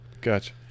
Gotcha